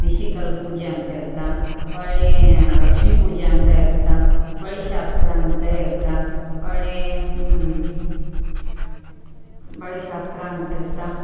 ಬಿಸಿ ಕಲ್ಲು ಪೂಜೆ ಅಂತ ಇರ್ತೆ ಹೊರ್ಳಿ ಲಕ್ಷ್ಮೀ ಪೂಜೆ ಅಂತ ಇರ್ತೆ ಬಳೆ ಶಾಸ್ತ್ರ ಅಂತ ಇರ್ತೆ ಹೊರ್ಳಿ ಬಳೆ ಶಾಸ್ತ್ರ ಅಂತ ಇರ್ತೆ